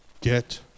get